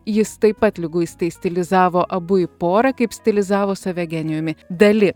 jis taip pat liguistai stilizavo abu į porą kaip stilizavo save genijumi dali